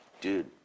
dude